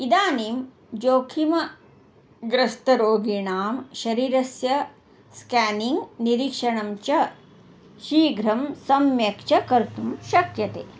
इदानीं जोखिमग्रस्तरोगीणां शरीरस्य स्केनिङ्ग् निरीक्षणं च शीघ्रं सम्यक् च कर्तुं शक्यते